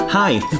Hi